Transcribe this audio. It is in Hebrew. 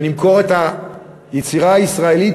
ונמכור את היצירה הישראלית,